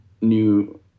new